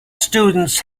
students